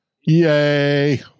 Yay